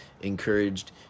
encouraged